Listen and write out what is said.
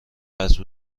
قطع